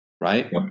right